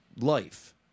life